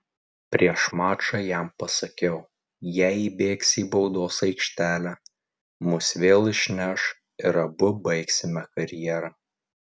prieš mačą jam pasakiau jei įbėgsi į baudos aikštelę mus vėl išneš ir abu baigsime karjerą